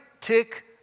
tick